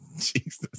Jesus